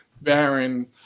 Baron